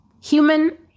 human